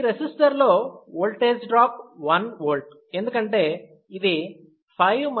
ఈ రెసిస్టర్ లో voltage drop 1V ఎందుకంటే ఇది 5 4 1V